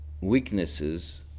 weaknesses